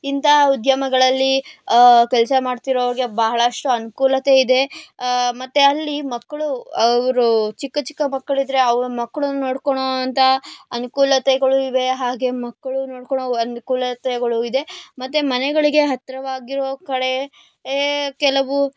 ಇಂತಹ ಉದ್ಯಮಗಳಲ್ಲಿ ಕೆಲಸ ಮಾಡ್ತಿರೋರಿಗೆ ಬಹಳಷ್ಟು ಅನುಕೂಲತೆ ಇದೆ ಮತ್ತೆ ಅಲ್ಲಿ ಮಕ್ಕಳು ಅವರು ಚಿಕ್ಕ ಚಿಕ್ಕ ಮಕ್ಕಳಿದ್ದರೆ ಅವ್ರ ಮಕ್ಳನ್ನ ನೋಡ್ಕೊಳ್ಳುವಂತ ಅನುಕೂಲತೆಗಳು ಇವೆ ಹಾಗೆ ಮಕ್ಳನ್ನ ನೋಡಿಕೊಳ್ಳೋ ಅನುಕೂಲತೆಗಳು ಇದೆ ಮತ್ತೆ ಮನೆಗಳಿಗೆ ಹತ್ತಿರವಾಗಿರುವ ಕಡೆಯೇ ಕೆಲವು